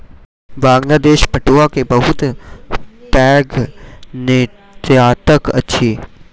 बांग्लादेश पटुआ के बहुत पैघ निर्यातक अछि